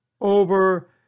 over